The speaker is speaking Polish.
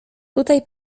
tutaj